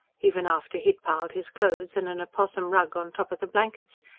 even after he had piled his clothes and an opossum-rug on top of the blankets,